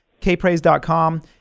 kpraise.com